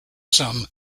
sum